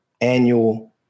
annual